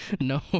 No